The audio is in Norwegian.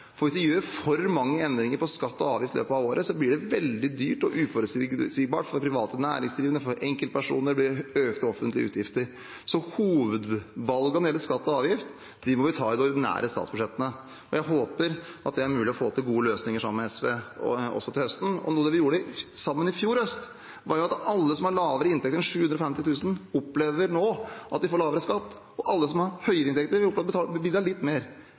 Hvis vi gjør for mange endringer av skatter og avgifter i løpet av året, blir det veldig dyrt og uforutsigbart for private næringsdrivende og enkeltpersoner, og det blir også økte offentlige utgifter. Så hovedvalgene når det gjelder skatter og avgifter, må vi ta i forbindelse med de ordinære statsbudsjettene, og jeg håper det er mulig å få til gode løsninger sammen med SV også til høsten. Noe av det vi sammen sørget for i fjor høst, er at alle som har lavere inntekt enn 750 000 kr, nå opplever at de får lavere skatt. Alle som har høyere inntekter,